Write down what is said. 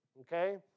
okay